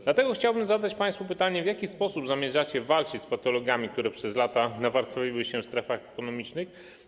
Dlatego chciałbym zadać państwu pytanie: W jaki sposób zamierzacie walczyć z patologiami, które przez lata nawarstwiły się w strefach ekonomicznych?